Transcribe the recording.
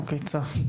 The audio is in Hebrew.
אוקיי, צח.